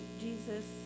Jesus